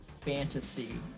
fantasy